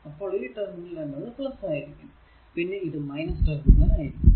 അപ്പോൾ ഈ ടെർമിനൽ എന്നത് ആയിരിക്കും പിന്നെ ഇത് ടെർമിനൽ ആയിരിക്കും